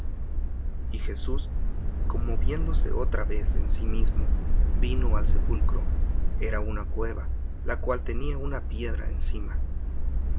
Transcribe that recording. y jesús conmoviéndose otra vez en sí mismo vino al sepulcro era una cueva la cual tenía una piedra encima